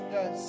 Yes